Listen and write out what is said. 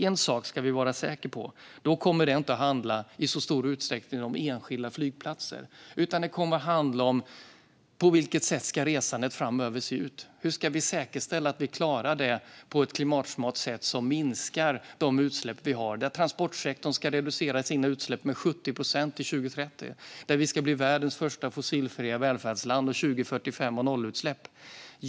En sak ska vi vara säkra på: Då kommer det inte i så stor utsträckning att handla om enskilda flygplatser, utan det kommer att handla om hur resandet ska se ut framöver och hur vi ska säkerställa att vi klarar det på ett klimatsmart sätt som minskar de utsläpp vi har. Transportsektorn ska reducera sina utsläpp med 70 procent till 2030, och vi ska bli världens första fossilfria välfärdsland och år 2045 ha nollutsläpp.